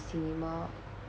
cinema